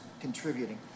contributing